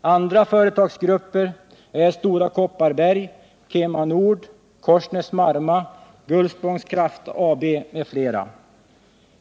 Andra företagsgrupper är Stora Kopparberg, KemaNord, Korsnäs Marma, Gullspångs Kraft AB m.fl.